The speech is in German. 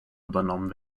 übernommen